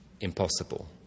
impossible